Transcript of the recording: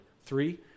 three